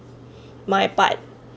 my part